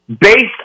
based